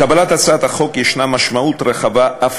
לקבלת הצעת החוק ישנה משמעות רחבה אף